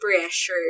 pressure